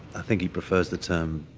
i think he prefers the term,